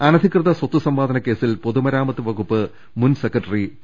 അനധികൃത സ്വത്ത് സമ്പാദന കേസിൽ പൊതുമരാമത്ത് വകുപ്പ് മുൻ സെക്രട്ടറി ടി